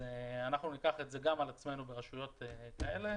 אנחנו ניקח את זה על עצמנו ברשויות כאלה.